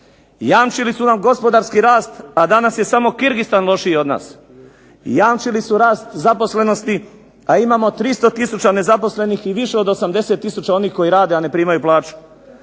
Jamčili su nam gospodarski rast, a danas je samo Kirgistan lošiji od nas. Jamčili su rast zaposlenosti, a imamo 300 tisuća nezaposlenih i više od 80 tisuća onih koji rade, a ne primaju plaću.